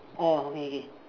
orh okay okay